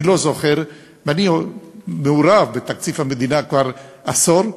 אני לא זוכר, ואני מעורב בתקציב המדינה כבר עשור,